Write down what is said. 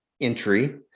Entry